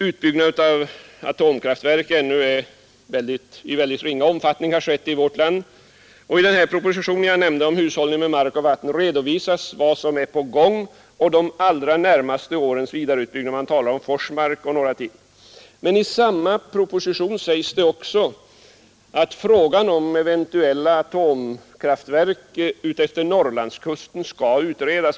Utbyggnad av atomkraftverk har bara i ringa omfattning skett i vårt land. I den proposition som jag nämnde, Hushållning med mark och vatten, redovisas vad som är på gång och de allra närmaste årens vidareutbyggnad; man talar om Forsmark och ytterligare några kraftverk. Men i samma proposition sägs det också att frågan om eventuella atomkraftverk utefter Norrlandskusten skall utredas.